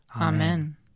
Amen